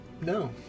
No